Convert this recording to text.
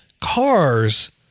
cars